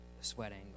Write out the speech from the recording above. sweating